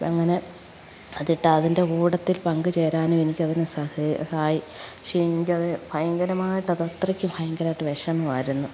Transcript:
അങ്ങനെ അതിട്ട് അതിൻ്റെ കൂട്ടത്തിൽ പങ്കു ചേരാനും എനിക്കതിനു സഹ സായി പക്ഷെ എനിക്കതു ഭയങ്കരമായിട്ട് അത് അത്രയ്ക്ക് ഭയങ്കരമായിട്ട് വിഷമമായിരുന്നു